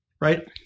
right